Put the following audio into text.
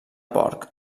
porc